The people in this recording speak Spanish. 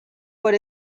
por